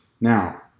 Now